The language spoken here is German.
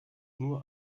nur